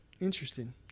Interesting